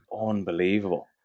Unbelievable